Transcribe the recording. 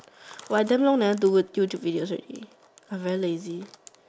!wah! I damn long never do YouTube videos already I very lazy